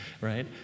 right